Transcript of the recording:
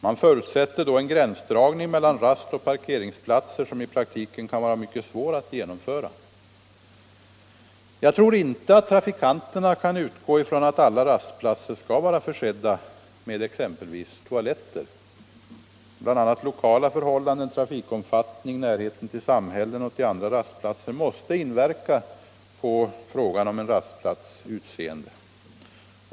Man förutsätter då en gränsdragning mellan rastoch parkeringsplatser som i praktiken kan vara mycket svår att genomföra. Jag tror inte att trafikanterna kan utgå från att alla rastplatser skall vara försedda med ex empelvis toaletter. Bl. a. lokala förhållanden, trafikomfattning, närheten till samhällen och till andra rastplatser måste inverka på frågan om rastplatsutseendet.